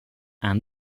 and